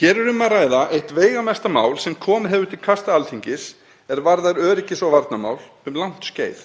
Hér er um að ræða eitt veigamesta mál sem komið hefur til kasta Alþingis er varðar öryggis- og varnarmál um langt skeið.